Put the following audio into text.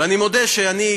ואני מודה שאני,